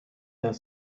the